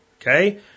Okay